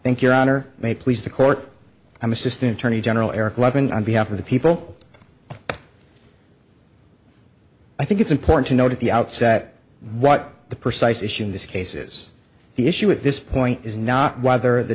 altimeters thank your honor may please the court i'm assistant attorney general eric levin on behalf of the people i think it's important to note at the outset what the precise issue in this case is the issue at this point is not whether the